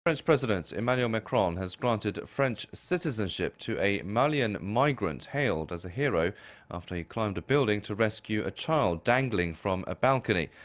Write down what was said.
french president emmanuel macron has granted french citizenship to a malian migrant hailed as a hero after he climbed a building to rescue a child dangling from a balcony.